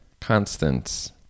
constants